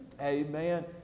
Amen